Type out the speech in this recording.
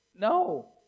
No